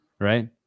right